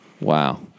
Wow